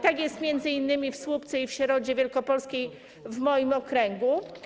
Tak jest m.in. w Słupcy i w Środzie Wielkopolskiej w moim okręgu.